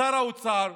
משר האוצר,